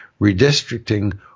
redistricting